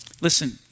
listen